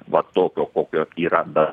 va tokio kokio yra be